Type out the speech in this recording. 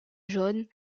jones